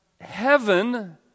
heaven